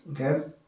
Okay